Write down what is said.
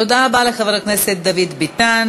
תודה רבה לחבר הכנסת דוד ביטן.